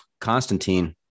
Constantine